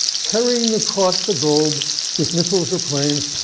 carrying across the globe with missiles or planes,